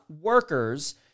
workers